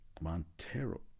Montero